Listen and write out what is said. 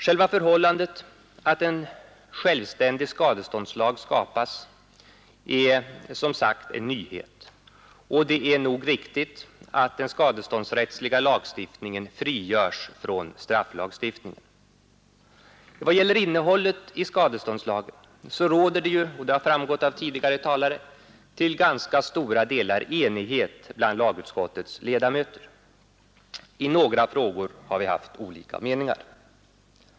Själva förhållandet att en självständig skadeståndslag skapas är som sagt en nyhet, och det är nog riktigt att den skadeståndsrättsliga lagstiftningen frigörs från strafflagstiftningen. Vad gäller innehållet i skadeståndslagen råder det ju — detta har framgått av tidigare talares anföranden — till ganska stora delar enighet bland lagutskottets ledamöter; i några frågor har vi haft olika meningar.